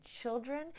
children